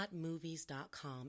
HotMovies.com